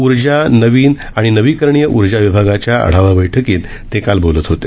उर्जा नवीन आणि नवीकरणीय उर्जा विभागाच्या आढावा बैठकीत काल ते बोलत होते